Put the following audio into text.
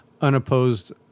unopposed